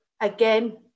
Again